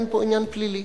אין פה עניין פלילי,